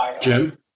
Jim